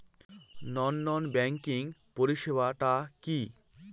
নন banking পরিষেবা টা কি?